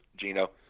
Gino